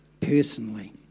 Personally